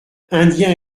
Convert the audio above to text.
indiens